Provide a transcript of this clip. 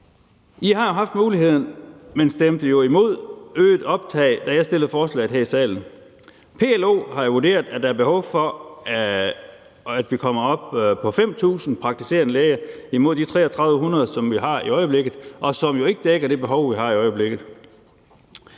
I har haft muligheden, men stemte jo imod et øget optag, da jeg fremsatte forslaget her i salen. PLO har jo vurderet, at der er behov for, at vi kommer op på 5.000 praktiserende læger imod de 3.300, som vi har i øjeblikket, og som jo ikke dækker det behov, vi har i øjeblikket.